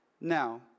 now